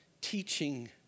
teaching